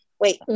Wait